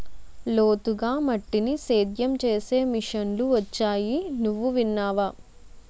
లోతుగా మట్టిని సేద్యం చేసే మిషన్లు వొచ్చాయి నువ్వు విన్నావా?